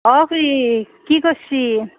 অঁ খুড়ী কি কছ্ছি